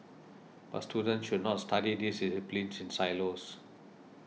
but students should not study these disciplines in silos